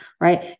right